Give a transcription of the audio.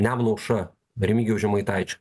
nemuno aušra remigijaus žemaitaičio